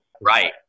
Right